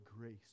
grace